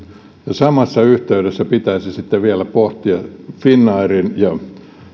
samassa yhteydessä pitäisi sitten vielä pohtia finnairin ja